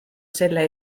selle